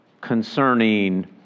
concerning